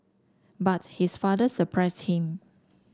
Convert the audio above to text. but his father surprised him